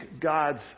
God's